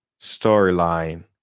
storyline